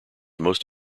most